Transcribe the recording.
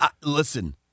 Listen